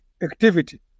activity